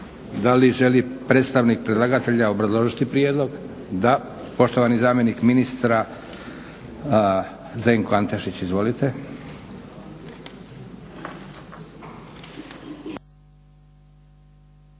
Da li želi predstavnik predlagatelja obrazložiti prijedlog? Da. Poštovani zamjenik ministra Zdenko Antešić, izvolite.